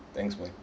thanks man